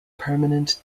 permanent